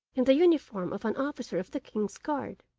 in the uniform of an officer of the king's guard.